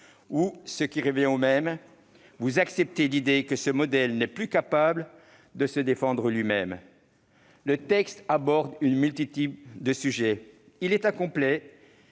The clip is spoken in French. ou- cela revient au même -vous acceptez l'idée que ce modèle n'est plus capable de se défendre lui-même. Le texte aborde une multitude de sujets, il est incomplet